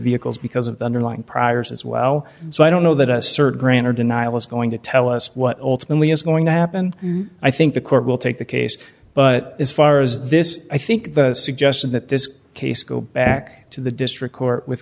vehicles because of the underlying priors as well so i don't know that a certain grant or denial is going to tell us what ultimately is going to happen i think the court will take the case but as far as this i think the suggestion that this case go back to the district court with